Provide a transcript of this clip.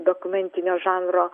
dokumentinio žanro